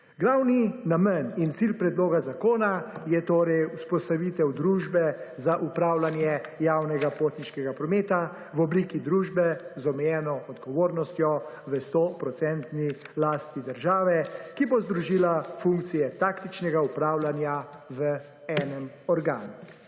Glavni namen in cilj predloga zakona je torej vzpostavitev družbe za upravljanje javnega potniškega prometa v obliki družbe z omejeno odgovornostjo v sto procentni lasti države, ki bo združila funkcije taktičnega upravljanja v enem organu.